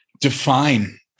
Define